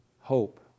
Hope